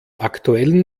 aktuellen